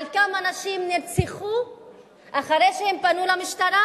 על כמה נשים נרצחו אחרי שהן פנו למשטרה